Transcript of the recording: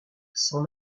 s’en